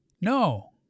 No